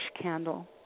candle